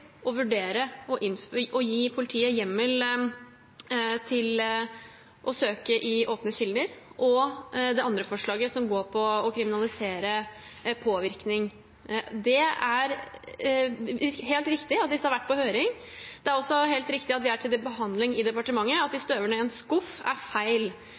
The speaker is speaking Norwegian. å vurdere å gi politiet hjemmel til å søke i åpne kilder, og det som går på å kriminalisere påvirkning. Det er helt riktig at disse har vært på høring. Det er også helt riktig at de er til behandling i departementet. At de støver ned i en skuff, er feil.